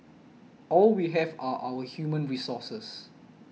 all we have are our human resources